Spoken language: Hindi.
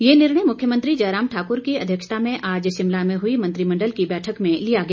ये निर्णय मुख्यमंत्री जयराम ठाक्र की अध्यक्षता में आज शिमला में हई मंत्रिमंडल की बैठक में लिया गया